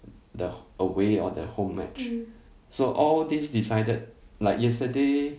the away or the home match so all these decided like yesterday